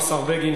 השר בגין,